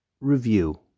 review